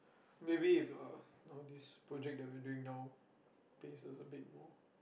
maybe if uh you know this project we are doing now pays us a bit more